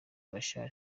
machar